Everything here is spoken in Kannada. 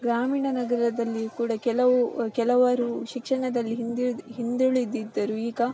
ಗ್ರಾಮೀಣ ನಗರದಲ್ಲಿ ಕೂಡ ಕೆಲವು ಕೆಲವರು ಶಿಕ್ಷಣದಲ್ಲಿ ಹಿಂದುಳಿದ ಹಿಂದುಳಿದಿದ್ದರು ಈಗ